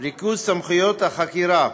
ריכוז סמכויות החקירה,